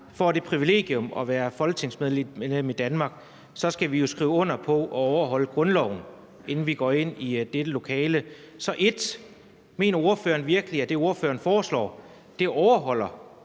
får det privilegium at være folketingspolitikere i Danmark, så skal skrive under på at overholde grundloven, inden vi går ind i dette lokale. Så mener ordføreren som punkt 1 virkelig, at det, ordføreren foreslår, overholder